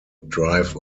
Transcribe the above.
drive